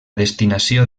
destinació